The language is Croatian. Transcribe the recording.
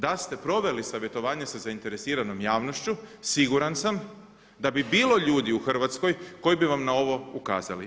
Da ste proveli savjetovanje sa zainteresiranom javnošću, siguran sam d bi bilo ljudi u Hrvatskoj koji bi vam na ovo ukazali.